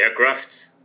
aircrafts